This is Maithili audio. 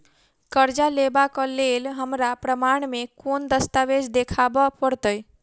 करजा लेबाक लेल हमरा प्रमाण मेँ कोन दस्तावेज देखाबऽ पड़तै?